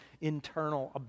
internal